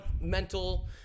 mental